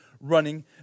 running